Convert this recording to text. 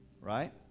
right